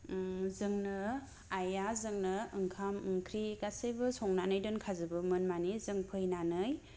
जोंनो आइआ जोंनो ओंखाम ओंख्रि गासैबो संनानै दोनखाजोबोमोन मानि जों फैनानै